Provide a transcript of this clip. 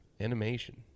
Animation